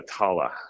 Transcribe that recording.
Atala